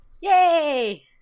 Yay